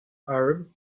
arab